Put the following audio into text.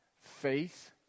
faith